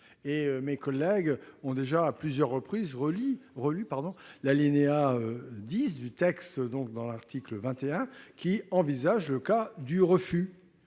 Mes collègues ont déjà à plusieurs reprises relu l'alinéa 10 de l'article 21, qui prévoit le cas du refus.